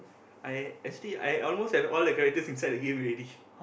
I actually I almost have all the characters inside the game already